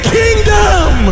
kingdom